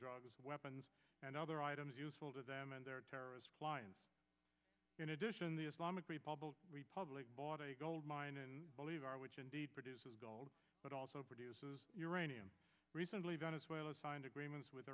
drugs weapons and other items useful to them and their terrorist fly and in addition the islamic republic republic bought a gold mine and i believe our which indeed produces gold but also produces uranium recently venezuela signed agreements with